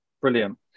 brilliant